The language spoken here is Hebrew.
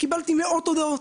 קיבלתי מאות הודעות.